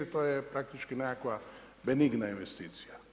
To je praktički nekakva benigna investicija.